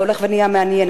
זה הולך ונהיה מעניין,